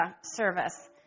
service